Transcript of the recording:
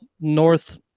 North